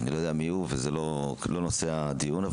אני לא יודע מיהו וזה לא נושא הדיון,